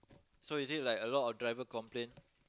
so is it like a lot of driver complain